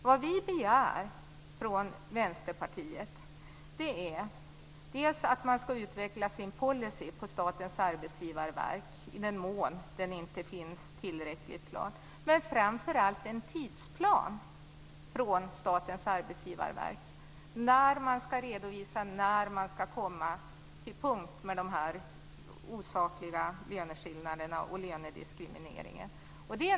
Vad vi begär från Vänsterpartiet är dels att Statens arbetsgivarverk skall utveckla sin policy, i den mån den inte är tillräckligt klar, dels och framför allt att Statens arbetsgivarverk utarbetar en tidsplan för när man skall komma till punkt med de här osakliga löneskillnaderna och denna lönediskriminering.